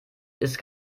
ist